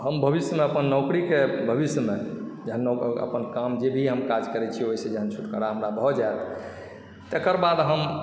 हम भविष्येमे अपन नौकरीके भविष्येमे अपन काम जे भी हम काज करै छी ओहिसँ जब छुटकारा हमरा भऽ जैत तकर बाद हम